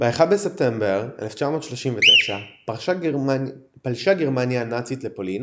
ב-1 בספטמבר 1939 פלשה גרמניה הנאצית לפולין